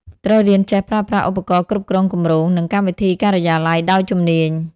ត្រូវរៀនចេះប្រើប្រាស់ឧបករណ៍គ្រប់គ្រងគម្រោង និងកម្មវិធីការិយាល័យដោយជំនាញ។